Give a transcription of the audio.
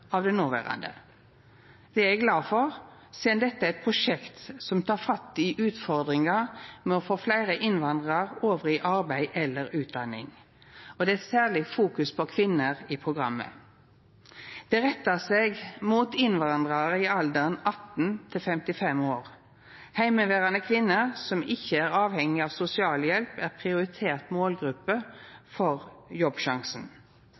av den noverande. Det er eg glad for, sidan dette er eit prosjekt som tek fatt i utfordringa med å få fleire innvandrarar over i arbeid eller utdanning. Det er eit særleg fokus på kvinner i programmet. Det rettar seg mot innvandrarar i alderen 18 til 55 år. Heimeverande kvinner som ikkje er avhengige av sosialhjelp, er ei prioritert målgruppe for Jobbsjansen.